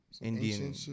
Indian